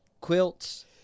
quilts